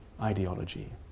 ideology